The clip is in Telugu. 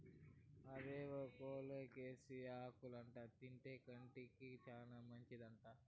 అవేవో కోలోకేసియా ఆకులంట తింటే కంటికి చాలా మంచిదంట